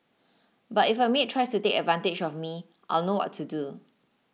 but if a maid tries to take advantage of me I'll know what to do